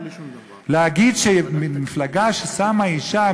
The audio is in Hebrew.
להגיד שמפלגה ששמה אישה,